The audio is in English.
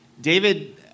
David